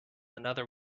another